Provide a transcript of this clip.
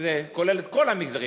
שזה כולל את כל המגזרים,